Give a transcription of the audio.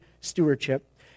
stewardship